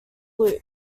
loop